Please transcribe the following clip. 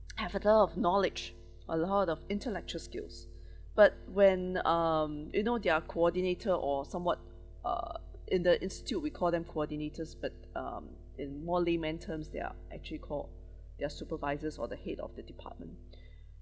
have a ton of knowledge a lot of intellectual skills but when um you know they are coordinator or somewhat uh in the institute we call them coordinators but um in more layman terms they actually called they're supervisors or the head of the department